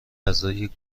اعضای